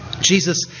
Jesus